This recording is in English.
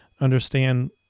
understand